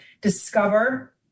discover